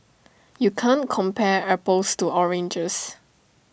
you can't compare apples to oranges